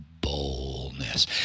boldness